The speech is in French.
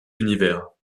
univers